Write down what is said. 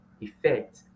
effect